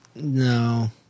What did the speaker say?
No